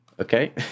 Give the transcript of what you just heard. Okay